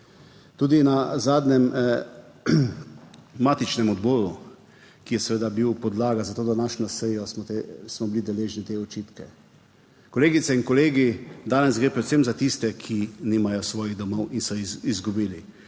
Tudi na zadnjem matičnem odboru, ki je seveda bil podlaga za to današnjo sejo, smo bili deležni te očitke. Kolegice in kolegi. Danes gre predvsem za tiste, ki nimajo svojih domov in so izgubili.